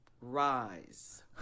Rise